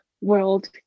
world